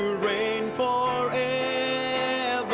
road a